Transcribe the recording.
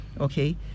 Okay